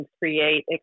create